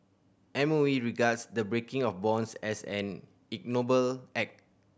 M O E regards the breaking of bonds as an ignoble act